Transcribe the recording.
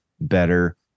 better